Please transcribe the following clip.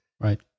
Right